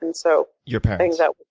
and so your parents? yeah,